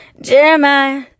Jeremiah